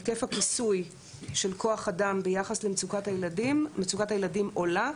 היקף הכיסוי של כוח אדם ביחס למצוקת הילדים מצוקת הילדים עולה,